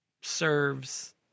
serves